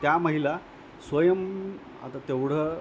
त्या महिला स्वयं आता तेवढं